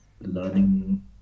learning